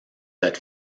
that